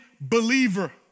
believer